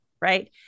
Right